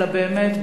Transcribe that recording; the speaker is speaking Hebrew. אלא באמת,